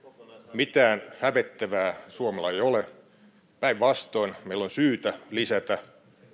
mitään hävettävää suomella ei ole päinvastoin meillä on syytä lisätä